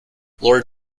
lord